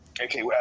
Okay